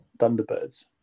Thunderbirds